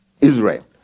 Israel